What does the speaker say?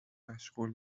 مشغول